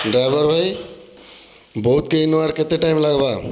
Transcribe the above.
driver ଭାଇ ବୌଦ୍ଧ୍କେ ଇନୁ ଆର୍ କେତେ ଟାଇମ୍ ଲାଗ୍ବା